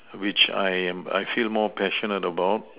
which I am I feel more passionate about